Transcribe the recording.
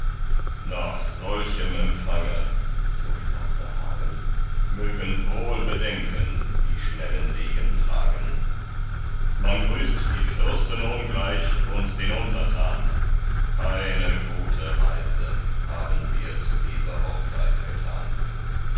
nach solchem empfange so sprach da hagen mögen wohl bedenken die schnellen degen tragen man grüßt die fürsten ungleich und den untertan keine gute reise haben wir zu dieser hochzeit getan